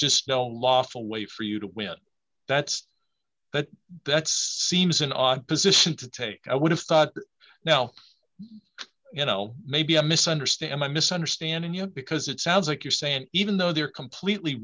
just no lawful way for you to win that's but that's seems an odd position to take i would have thought now you know maybe i misunderstand my misunderstanding you know because it sounds like you're saying even though they're completely